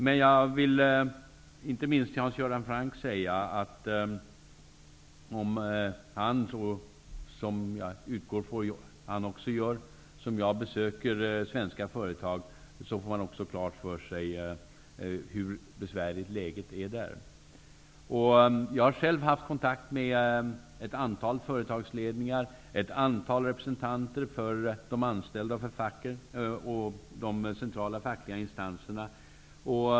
Men jag vill inte minst till Hans Göran Franck säga, att om han liksom jag besöker svenska företag -- vilket utgår från att han gör -- får han också klart för sig hur besvärligt läget är. Jag har själv haft kontakt med ett antal företagsledningar, representanter för de anställda och de centrala fackföreningsinstanserna.